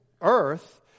earth